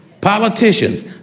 Politicians